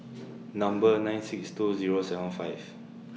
Number nine six two Zero seven five